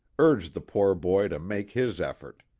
urged the poor boy to make his effort.